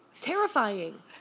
terrifying